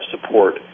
support